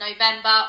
november